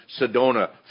Sedona